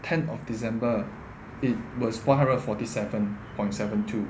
ten of december it was four hundred forty seven point seven two